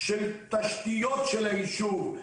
של תשתיות של היישוב,